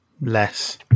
Less